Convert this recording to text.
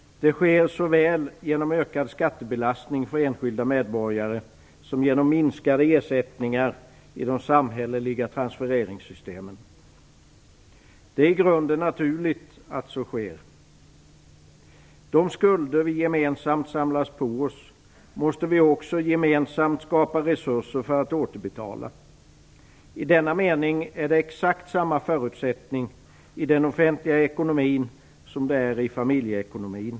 Det sker såväl genom ökad skattebelastning för enskilda medborgare som genom minskade ersättningar i de samhälleliga transfereringssystemen. Det är i grunden naturligt att så sker. De skulder vi gemensamt samlat på oss måste vi också gemensamt skapa resurser för att återbetala. I denna mening gäller exakt samma förutsättningar i den offentliga ekonomin som i familjeekonomin.